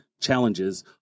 challenges